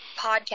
podcast